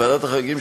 ועדת החריגים,